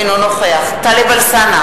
אינו משתתף בהצבעה טלב אלסאנע,